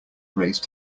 raise